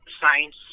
science